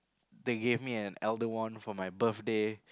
they gave me a elder wand for my birthday